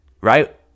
right